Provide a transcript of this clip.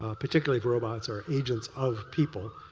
ah particularly if robots are agents of people.